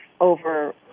over